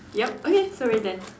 yup okay so we're done